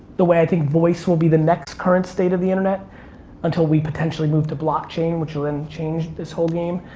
the way i think voice will be the next current state of the internet until we potentially move to blockchain which will then change this whole game.